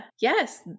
Yes